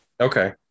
Okay